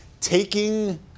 taking